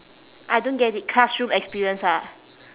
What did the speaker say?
I don't get it classroom experience ah